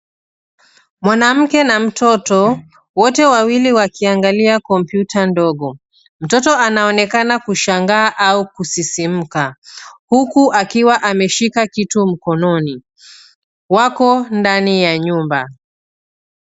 Mwanamke na mtoto wote wawili wakiangalia kompyuta ndogo. Mtoto anaonekana kushangaa au kusisimka huku akiwa ameshika kitu mkononi. Wako ndani ya nyumba.